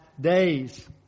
days